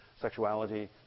sexuality